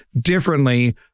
differently